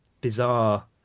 bizarre